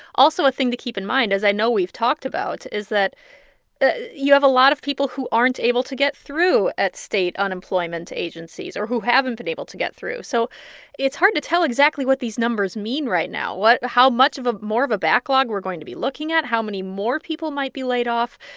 also, a thing to keep in mind, as i know we've talked about, is that you have a lot of people who aren't able to get through at state unemployment agencies or who haven't been able to get through. so it's hard to tell exactly what these numbers mean right now, what how much of a more of a backlog we're going to be looking at, how many more people might be laid off.